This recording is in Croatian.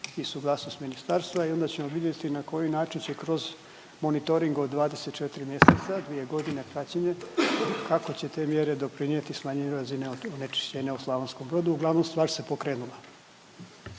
i suglasnost ministarstva i onda ćemo vidjeti na koji način će kroz monitoring od 24 mjeseca, 2 godine praćenja, kako će te mjere doprinijeti smanjenju razine onečišćenja u Slavonskom Brodu. Uglavnom stvar se pokrenula.